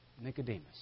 Nicodemus